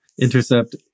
intercept